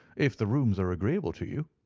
if the rooms are agreeable to you.